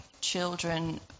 children